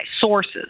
sources